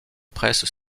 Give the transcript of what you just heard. presse